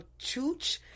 chooch